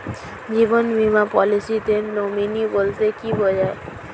জীবন বীমা পলিসিতে নমিনি বলতে কি বুঝায়?